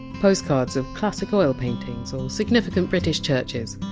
postcards of classic oil paintings or significant british churches,